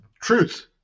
truth